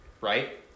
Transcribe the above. right